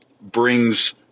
brings